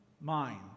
mind